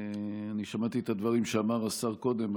שמעתי את הדברים שאמר השר קודם,